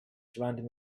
surrounding